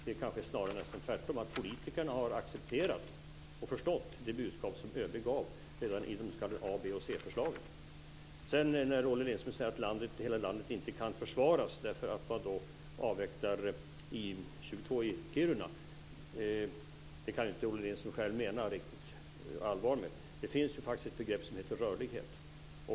Kanske är det snarare nästan tvärtom, dvs. att politikerna har accepterat och förstått det budskap som ÖB gav redan i de s.k. A-, Olle Lindström säger att inte hela landet kan försvaras därför att I 22 avvecklas i Kiruna men där kan väl Olle Lindström inte riktigt allvar. Vi har ju begreppet rörlighet.